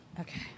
Okay